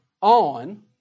on